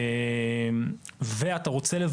בנוסף,